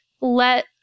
let